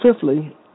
fifthly